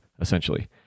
essentially